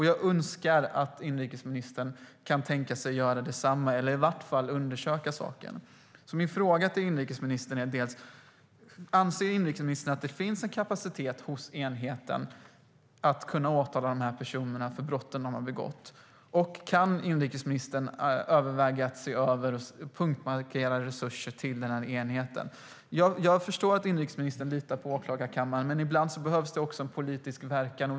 Jag önskar att inrikesministern kunde tänka sig att göra detsamma, eller i varje fall undersöka saken. Anser inrikesministern att det finns en kapacitet hos enheten att kunna åtala de här personerna för de brott de begått? Kan inrikesministern överväga att se över resurserna och punktmarkera resurser till den här enheten? Jag förstår att inrikesministern litar på åklagarkammaren, men ibland behövs det också en politisk verkan.